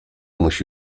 musi